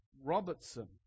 Robertson